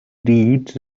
deeds